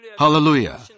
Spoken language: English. Hallelujah